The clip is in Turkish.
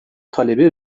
talebi